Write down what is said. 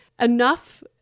enough